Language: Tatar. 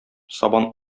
сабан